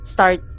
Start